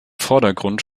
vordergrund